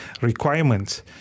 requirements